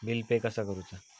Bill pay कसा करुचा?